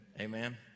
amen